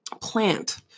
plant